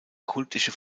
kultische